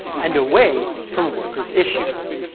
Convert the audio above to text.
and away from workers' issues.